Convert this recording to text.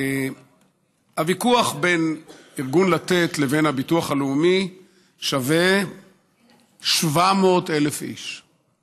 הוויכוח בין ארגון לתת לבין הביטוח הלאומי שווה 700,000 איש.